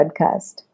podcast